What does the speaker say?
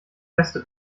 beste